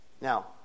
Now